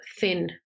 thin